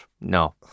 No